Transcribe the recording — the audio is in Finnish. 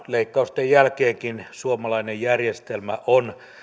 leikkausten jälkeenkin suomalainen järjestelmä on